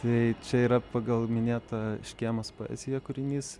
tai čia yra pagal minėtą škėmos poeziją kūrinys